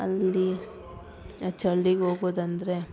ಅಲ್ಲಿ ಚಳಿಗೆ ಹೋಗೋದಂದ್ರೆ